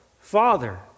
Father